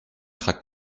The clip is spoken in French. crac